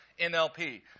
NLP